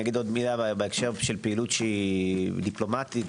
לגבי פעילות דיפלומטית,